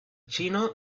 chino